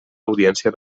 audiència